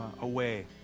away